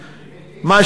מיקי,